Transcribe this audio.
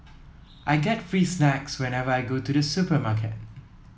I get free snacks whenever I go to the supermarket